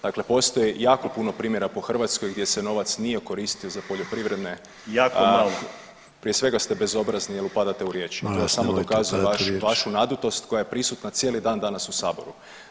Dakle, postoji jako puno primjera po Hrvatskoj gdje se novac nije okoristio za poljoprivredne [[Upadica: Jako malo.]] prije svega ste bezobrazni jel upadate u riječ, [[Upadica: Molim vas nemojte upadati u riječ.]] to samo pokazuje vašu nadutost koja je prisutna cijeli dan danas u saboru.